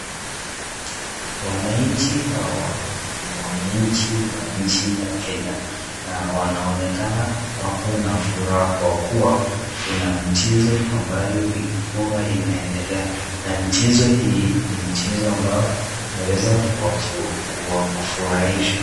Wananchi hawa ni wananchi wa nchi ya Kenya na wanaonekana wako na furaha kwa kua kuna mchezo ambayo ilikua inaendelea na mchezo hii ni mchezo ambao waweza kuwafurahisha.